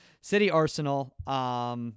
City-Arsenal